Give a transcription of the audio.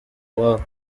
iwabo